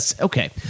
Okay